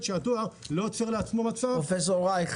פרופסור רייך,